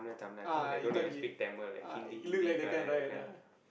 ah you thought he ah he look like the kind right ah